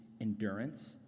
endurance